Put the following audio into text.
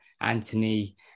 Anthony